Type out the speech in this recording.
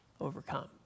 overcome